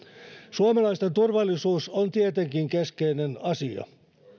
suomalaisten turvallisuus on tietenkin keskeinen asia